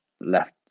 left